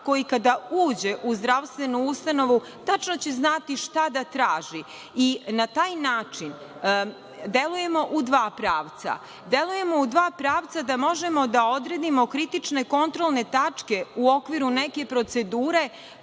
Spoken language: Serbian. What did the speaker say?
koji kada uđe u zdravstvenu ustanovu, tačno će znati šta traži. Na taj način delujemo u dva pravca, delujemo u dva pravca da možemo da odredimo kritične kontrolne tačke u okviru neke procedure